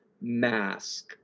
mask